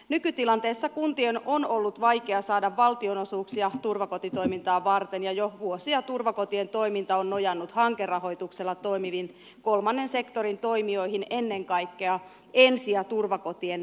nykytilanteessa kuntien on ollut vaikea saada valtionosuuksia turvakotitoimintaa varten ja jo vuosia turvakotien toiminta on nojannut hankerahoituksella toimiviin kolmannen sektorin toimijoihin ennen kaikkea ensi ja turvakotien liittoon